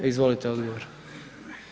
Izvolite odgovor.